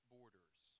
Borders